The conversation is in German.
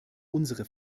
unsere